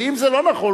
ואם זה לא נכון,